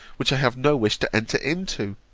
which i have no wish to enter into,